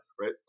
right